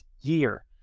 year